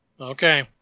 Okay